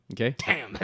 okay